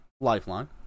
Lifeline